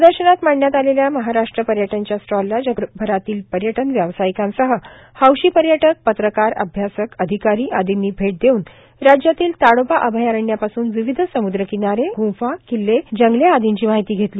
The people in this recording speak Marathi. प्रदर्शनात मांडण्यात आलेल्या श्महाराष्ट्र पर्यटनश्च्या स्टॉलला जगभरातील पर्यटन व्यावसायिकांसह हौशी पर्यटकए पत्रकारए अभ्यासकए अधिकारी आदींनी भेट देऊन राज्यातील ताडोबा अभयारण्यापासून विविध समुद्रकिनारेए गुंफाए किल्लेए जंगले आदींची माहिती घेतली